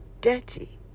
dirty